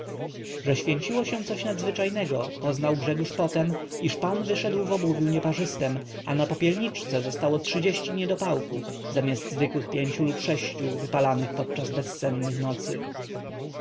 że święciło się coś nadzwyczajnego poznał grzegórz po tem iż pan wyszedł w obuwiu nieparzystem a na popielniczce zostało trzydzieści niedopałków zamiast zwykłych pięciu lub sześciu wypalanych podczas bezsennych nocy